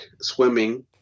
swimming